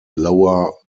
lower